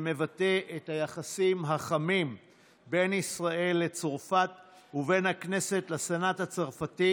שמבטא את היחסים החמים בין ישראל לצרפת ובין הכנסת לסנאט הצרפתי.